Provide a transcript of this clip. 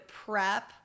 prep